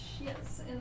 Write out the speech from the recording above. yes